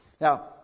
Now